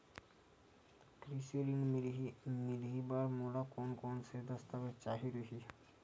कृषि ऋण मिलही बर मोला कोन कोन स दस्तावेज चाही रही?